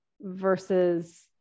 versus